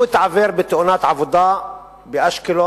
הוא התעוור בתאונת עבודה באשקלון